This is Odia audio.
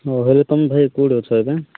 ହଉ ହେଲେ ତୁମେ ଭାଇ କେଉଁଠି ଅଛ ଏବେ